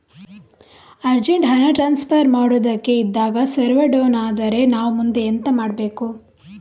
Urgent ಹಣ transfer ಮಾಡೋದಕ್ಕೆ ಇದ್ದಾಗ ಸರ್ವರ್ ಡೌನ್ ಆದರೆ ನಾವು ಮುಂದೆ ಎಂತ ಮಾಡಬೇಕು?